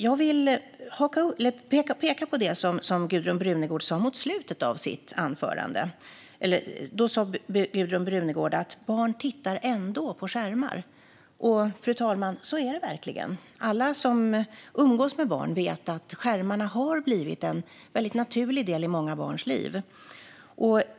Låt mig kommentera det Gudrun Brunegård sa mot slutet av sitt anförande om att barn ändå tittar på skärmar. Ja, så är det verkligen. Alla som umgås med barn vet att skärmarna har blivit en naturlig del av många barns liv.